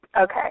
Okay